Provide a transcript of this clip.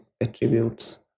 attributes